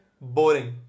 boring